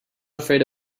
afraid